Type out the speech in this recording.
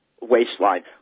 waistline